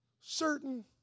certain